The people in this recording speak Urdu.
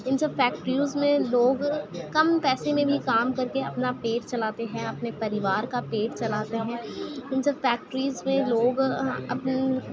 ان سب فیکٹریز میں لوگ کم پیسے میں بھی کام کر کے اپنا پیٹ چلاتے ہیں اپنے پریوار کا پیٹ چلاتے ہیں ان سب فیکٹریز میں لوگ اپنی